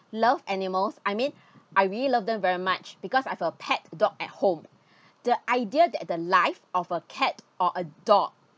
love animals I mean I really love them very much because I've a pet dog at home the idea that the life of a cat or a dog